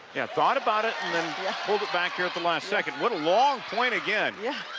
yeah, thought about it and then pulled it back here at the last second. what a long point again. yeah.